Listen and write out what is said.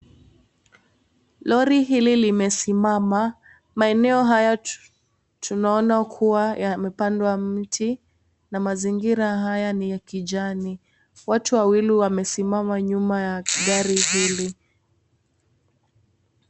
Lori hili limesimama, maeneno haya tunaona kuwa yamepandwa miti na mazingira haya ni ya kijani, watu wawili wamesimama nyuma ya gari hili.